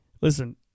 listen